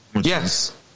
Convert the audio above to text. Yes